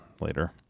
later